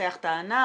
לפתח את הענף,